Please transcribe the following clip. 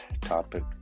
topic